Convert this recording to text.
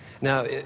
Now